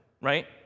Right